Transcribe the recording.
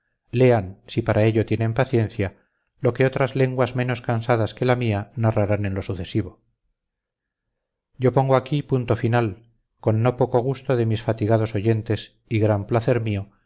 lean si para ello tienen paciencia lo que otras lenguas menos cansadas que la mía narrarán en lo sucesivo yo pongo aquí punto final con no poco gusto de mis fatigados oyentes y gran placer mío